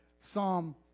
Psalm